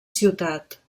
ciutat